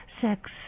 sex